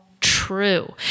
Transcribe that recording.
true